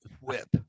whip